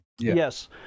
Yes